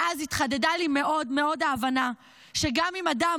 מאז התחדדה לי מאוד מאוד ההבנה שגם אם אדם